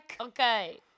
Okay